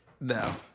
No